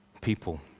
people